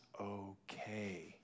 okay